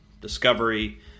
discovery